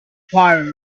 fire